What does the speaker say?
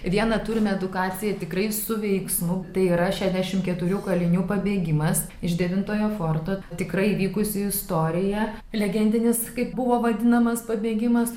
vieną turim edukaciją tikrai su veiksmu tai yra šešiasdešim keturių kalinių pabėgimas iš devintojo forto tikrai vykusi istorija legendinis kaip buvo vadinamas pabėgimas